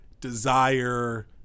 desire